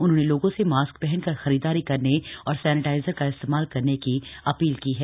उन्होंने लोगों से मास्क पहनकर खरीददारी करने और सैनेटाइजर का इस्तेमाल करने की अपील की है